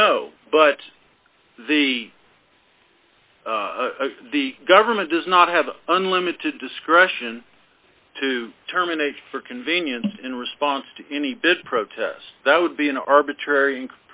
no but the the government does not have unlimited discretion to terminate for convenience in response to any big protest that would be an arbitrary